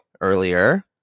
earlier